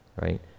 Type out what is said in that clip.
right